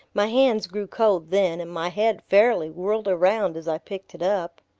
my hands grew cold then and my head fairly whirled around as i picked it up.